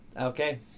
Okay